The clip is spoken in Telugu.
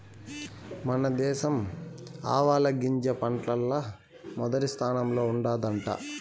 మన దేశం ఆవాలగింజ పంటల్ల మొదటి స్థానంలో ఉండాదట